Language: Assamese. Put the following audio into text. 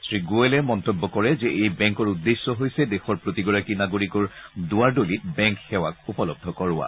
শ্ৰীগোৱেলে মন্তব্য কৰে যে এই বেংকৰ উদ্দেশ্য হৈছে দেশৰ প্ৰত্যেকগৰাকী নাগৰিকৰ দুৱাৰ দলিত বেংক সেৱাক উপলধ্ব কৰোৱা